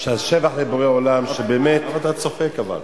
שהשבח לבורא עולם, שבאמת, אבל למה אתה צוחק?